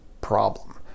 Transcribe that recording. problem